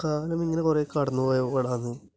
കാലമിങ്ങനെ കുറേ കടന്നു പോയപ്പോഴാണ്